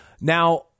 Now